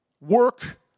Work